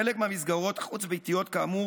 על חלק מהמסגרות החוץ-ביתיות כאמור